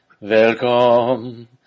Welcome